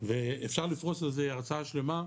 ואפשר לפרוס על זה הרצאה שלמה,